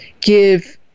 give